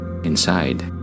Inside